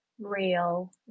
real